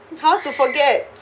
how to forget